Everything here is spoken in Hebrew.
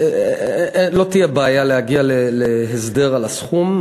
לא תהיה בעיה להגיע להסדר על הסכום,